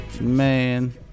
man